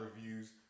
reviews